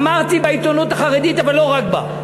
אמרתי בעיתונות החרדית, אבל לא רק בה: